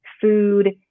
food